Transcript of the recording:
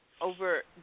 over